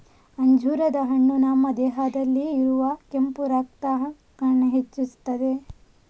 ಅಂಜೂರದ ಹಣ್ಣು ನಮ್ಮ ದೇಹದಲ್ಲಿ ಇರುವ ಕೆಂಪು ರಕ್ತ ಕಣ ಹೆಚ್ಚಿಸ್ತದೆ